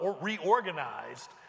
reorganized